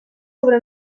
sobre